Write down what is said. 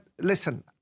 listen